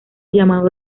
llamado